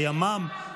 הימ"מ,